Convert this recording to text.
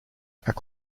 are